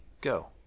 go